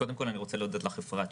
קודם כל, אני רוצה להודות לך, אפרת,